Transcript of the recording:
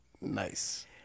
nice